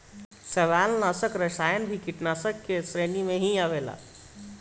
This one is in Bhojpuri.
शैवालनाशक रसायन भी कीटनाशाक के श्रेणी में ही आवेला